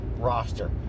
roster